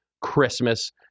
Christmas